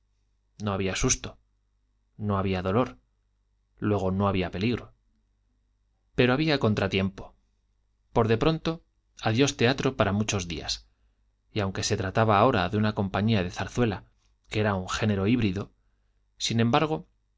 no había susto no había dolor luego no había peligro pero había contratiempo por de pronto adiós teatro para muchos días y aunque se trataba ahora de una compañía de zarzuela que era un género híbrido sin embargo